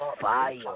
fire